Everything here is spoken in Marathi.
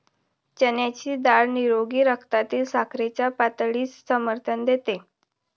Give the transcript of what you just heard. चण्याची डाळ निरोगी रक्तातील साखरेच्या पातळीस समर्थन देते